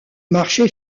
marché